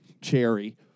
cherry